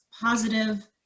positive